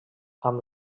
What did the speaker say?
amb